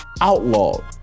outlawed